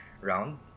round